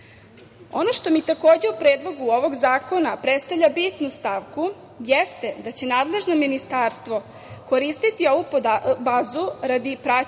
što mi takođe u Predlogu ovog zakona predstavlja bitnu stavku jeste da će nadležno ministarstvo koristiti ovu bazu radi praćenja i